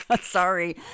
Sorry